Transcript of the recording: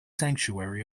sanctuary